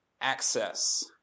access